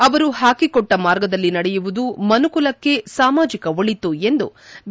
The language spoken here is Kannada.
ಅವರು ಹಾಕಿಕೊಟ್ಟ ಮಾರ್ಗದಲ್ಲಿ ನಡೆಯುವುದು ಮನುಕುಲಕ್ಕೆ ಸಾಮಾಜಿಕ ಒಳಿತು ಎಂದು ಬಿ